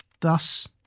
Thus